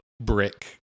brick